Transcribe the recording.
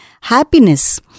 happiness